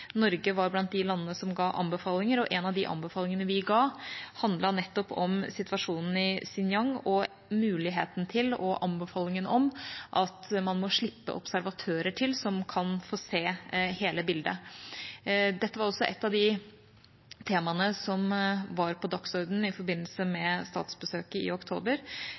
Norge var blant de landene som ga anbefalinger, og en av de anbefalingene vi ga, handlet nettopp om situasjonen i Xinjiang og muligheten for og anbefalingen om at man må slippe til observatører som kan få se hele bildet. Dette var også ett av de temaene som var på dagsordenen i forbindelse med statsbesøket i oktober